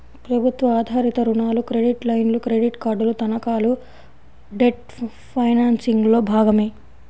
ప్రభుత్వ ఆధారిత రుణాలు, క్రెడిట్ లైన్లు, క్రెడిట్ కార్డులు, తనఖాలు డెట్ ఫైనాన్సింగ్లో భాగమే